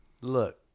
Look